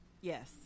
Yes